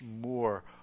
more